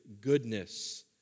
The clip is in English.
goodness